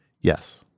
Yes